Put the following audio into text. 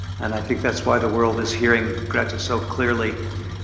and i think that's why the world is hearing greta so clearly.